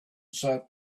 sat